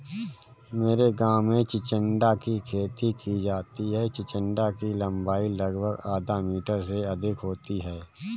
मेरे गांव में चिचिण्डा की खेती की जाती है चिचिण्डा की लंबाई लगभग आधा मीटर से अधिक होती है